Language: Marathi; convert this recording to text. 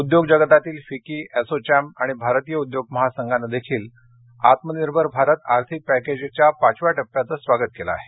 उद्योग जगतातील फिक्की असोचॅम आणि भारतीय उद्योग महासंघाने देखील आत्मनिर्भर भारत आर्थिक पॅकेजच्या पाचव्या टप्प्याचं स्वागत केलं आहे